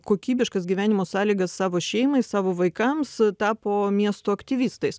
kokybiškas gyvenimo sąlygas savo šeimai savo vaikams tapo miesto aktyvistais